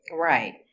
right